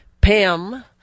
Pam